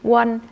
one